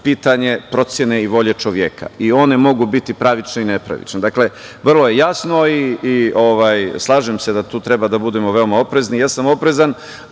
pitanje procene i volje čoveka i one mogu biti pravine i nepravične. Dakle, vrlo je jasno i slažem se da tu treba da budemo veoma oprezni. Oprezan